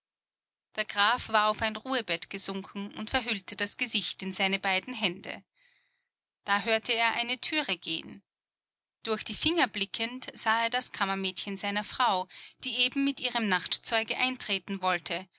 der graf war auf ein ruhebett gesunken und verhüllte das gesicht in seine beiden hände da hörte er eine türe gehen durch die finger blickend sah er das kammermädchen seiner frau die eben mit ihrem nachtzeuge eintreten wollte